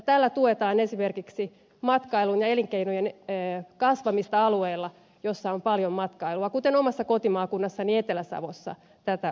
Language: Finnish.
tällä tuetaan esimerkiksi matkailun ja elinkeinojen kasvamista alueella jolla on paljon matkailua kuten omassa kotimaakunnassani etelä savossa tätä odotetaan